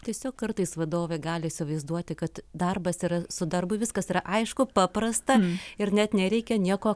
tiesiog kartais vadovė gali įsivaizduoti kad darbas yra su darbu viskas yra aišku paprasta ir net nereikia nieko